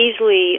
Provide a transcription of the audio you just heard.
easily